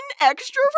extra